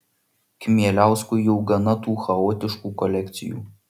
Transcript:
kmieliauskui jau gana tų chaotiškų kolekcijų